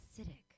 acidic